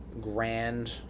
grand